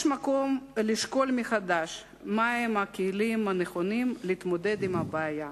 יש מקום לשקול מחדש מהם הכלים הנכונים להתמודד עם הבעיה,